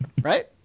right